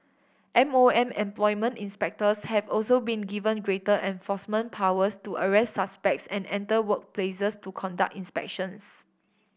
M O M employment inspectors have also been given greater enforcement powers to arrest suspects and enter workplaces to conduct inspections